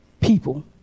people